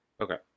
Okay